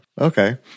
Okay